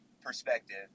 perspective